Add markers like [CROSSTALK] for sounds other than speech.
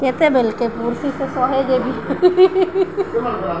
କେତେବେଳେ କେତେ [UNINTELLIGIBLE] ଶହ ଦେବି